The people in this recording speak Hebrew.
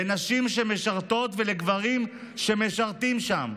לנשים שמשרתות, לגברים שמשרתים שם".